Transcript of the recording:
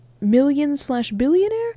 million-slash-billionaire